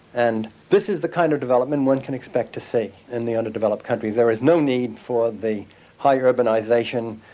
and this is the kind of development one can expect to see in the underdeveloped countries. there is no need for the higher urbanisation,